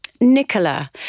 Nicola